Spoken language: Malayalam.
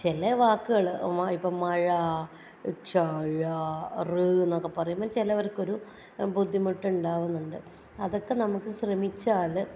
ചില വാക്കുകൾ ഇപ്പം മഴ ക്ഷ ഴ റ് എന്നൊക്കെ പറയുമ്പം ചിലവർക്കൊരു ബുദ്ധിമുട്ടുണ്ടാകുന്നുണ്ട് അതൊക്കെ നമുക്ക് ശ്രമിച്ചാൽ